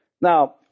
Now